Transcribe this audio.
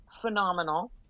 phenomenal